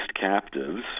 captives